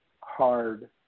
hard